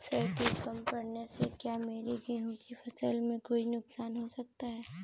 सर्दी कम पड़ने से क्या मेरे गेहूँ की फसल में कोई नुकसान हो सकता है?